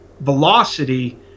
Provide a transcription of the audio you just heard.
velocity